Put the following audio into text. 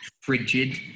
frigid